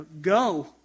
Go